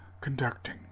conducting